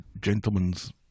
gentlemen's